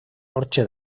hortxe